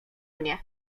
mnie